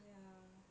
ya